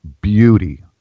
beauty